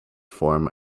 form